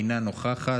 אינה נוכחת,